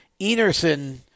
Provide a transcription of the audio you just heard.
enerson